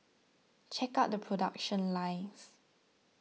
check out the production lines